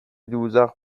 دوزخ